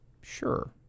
Sure